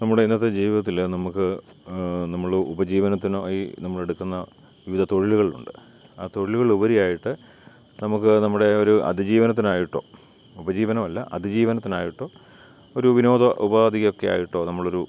നമ്മുടെ ഇന്നത്തെ ജീവിതത്തിൽ നമുക്ക് നമ്മൾ ഉപജീവനത്തിനായി നമ്മൾ എടുക്കുന്ന വിവിധ തൊഴിലുകളുണ്ട് ആ തൊഴിലുകളിൽ ഉപരിയായിട്ട് നമുക്ക് നമ്മുടെ ഒരു അതിജീവനത്തിനായിട്ടോ ഉപജീവനമല്ല അതിജീവനത്തിനായിട്ടോ ഒരു വിനോദ ഉപാധിയൊക്കെയായിട്ടോ നമ്മൾ ഒരു